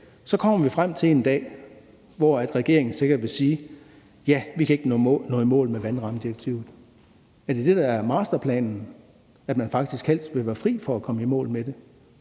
kommer vi frem til en dag, hvor regeringen sikkert vil sige: Ja, vi kan ikke nå i mål med vandrammedirektivet. Er det det, der er masterplanen, altså at man faktisk helst vil være fri for at komme i mål med det?